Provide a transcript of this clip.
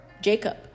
Jacob